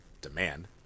demand